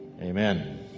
Amen